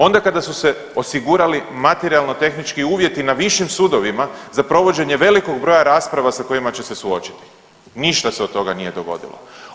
Onda kada su se osigurali materijalno-tehnički uvjeti na višim sudovima za provođenje velikog broja rasprava sa kojima se suočiti, ništa se od toga nije dogodilo.